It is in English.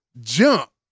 jump